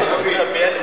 אני אתייחס.